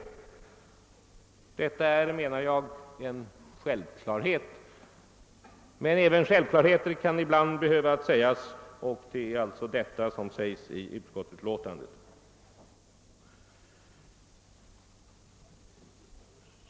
Detta är, menar jag, en självklarhet. Men även självklarheter kan ibland behöva sägas, och det är alltså vad som har skett i utskottsutlåtandet.